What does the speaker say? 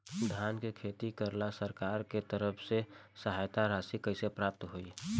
धान के खेती करेला सरकार के तरफ से सहायता राशि कइसे प्राप्त होइ?